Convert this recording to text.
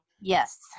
yes